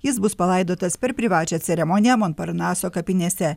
jis bus palaidotas per privačią ceremoniją monparnaso kapinėse